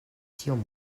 tiom